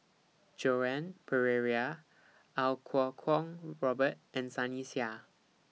Joan Pereira Iau Kuo Kwong Robert and Sunny Sia